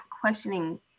questioning